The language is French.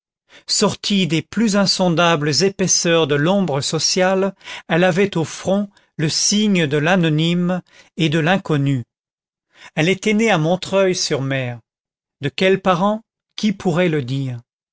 sortie des plus insondables épaisseurs de l'ombre sociale elle avait au front le signe de l'anonyme et de l'inconnu elle était née à montreuil sur mer de quels parents qui pourrait le dire